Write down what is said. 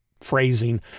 phrasing